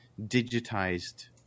digitized